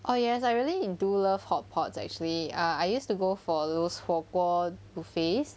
oh yes I really do love hotpots actually uh I used to go for those 火锅 buffets